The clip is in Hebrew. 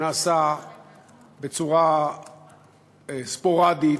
נעשה בצורה ספורדית,